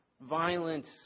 violent